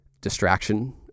distraction